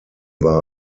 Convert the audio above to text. war